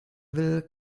will